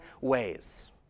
ways